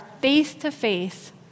face-to-face